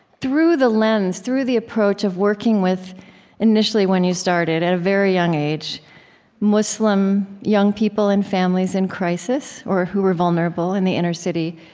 through the lens, through the approach of working with initially, when you started at a very young age muslim young people and families in crisis or who were vulnerable in the inner city.